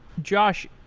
josh,